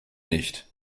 nicht